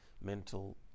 mental